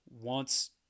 wants